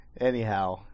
Anyhow